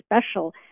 special